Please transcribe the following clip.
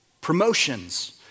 promotions